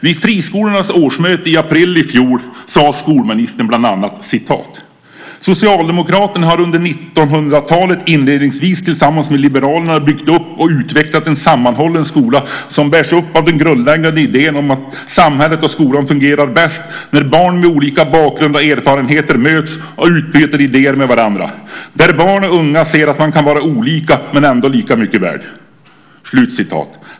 Vid Friskolornas årsmöte i april i fjol sade skolministern bland annat: "Socialdemokraterna har under 1900-talet, inledningsvis tillsammans med liberalerna, byggt upp och utvecklat en sammanhållen skola som bärs upp av den grundläggande idén om att samhället och skolan fungerar bäst när barn med olika bakgrund och erfarenheter möts och utbyter idéer med varandra. Där barn och unga ser att man kan vara olika men ändå lika mycket värd."